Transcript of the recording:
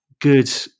good